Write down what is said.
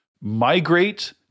migrate